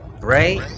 Right